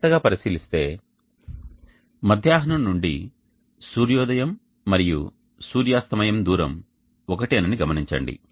జాగ్రత్తగా పరిశీలిస్తే మధ్యాహ్నం నుండి సూర్యోదయం మరియు సూర్యాస్తమయం దూరం ఒకటేనని గమనించండి